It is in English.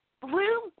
Blue